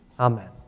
Amen